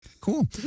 Cool